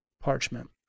Parchment